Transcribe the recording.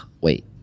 wait